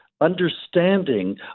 understanding